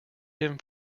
him